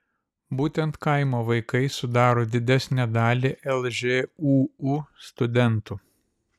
būtent kaimo vaikai sudaro didesnę dalį lžūu studentų